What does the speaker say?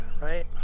right